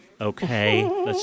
Okay